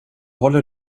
håller